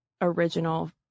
original